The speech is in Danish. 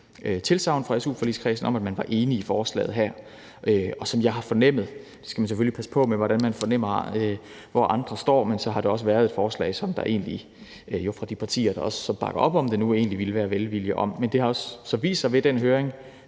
tilsagn fra su-forligskredsen om, at man var enige i forslaget her. Og som jeg har fornemmet det – man skal selvfølgelig passe på, når man fornemmer, hvor andre står – har det også været et forslag, som der jo fra de partier, der også bakker op om det nu, egentlig ville være velvilje over for. Det har så også vist sig ved den høring,